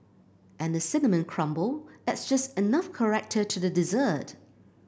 and the cinnamon crumble adds just enough character to the dessert